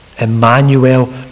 Emmanuel